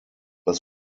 was